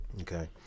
Okay